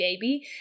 baby